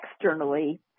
externally